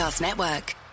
Network